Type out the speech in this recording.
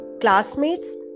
classmates